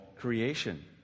creation